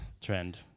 trend